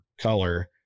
color